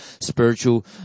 spiritual